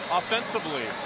offensively